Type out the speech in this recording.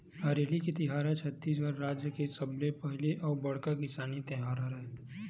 हरेली के तिहार ह छत्तीसगढ़ राज के सबले पहिली अउ बड़का किसानी तिहार हरय